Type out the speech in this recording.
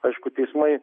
aišku teismai